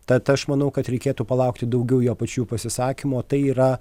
tad aš manau kad reikėtų palaukti daugiau jo pačių pasisakymo tai yra